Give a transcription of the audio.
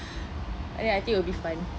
!aiya! I think it'll be fun